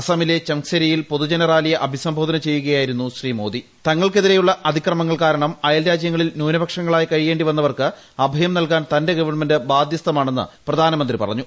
അസമിലെ ചംങ്സരിയിൽ പൊതുജനറാലിയെ അഭിസംബോധന ചെയ്യുകയായിരുന്നു അതിക്രമങ്ങൾ കാരണം അയൽരാജൃങ്ങളിൽ ന്യൂനപക്ഷങ്ങളായി കഴിയേണ്ടി വന്നവർക്ക് അഭയം നൽകാൻ തന്റെ ഗവൺമെന്റ് ബാദ്ധ്യസ്ഥമാണെന്ന് നിശ്ചിത പ്രധാനമന്ത്രി പറഞ്ഞു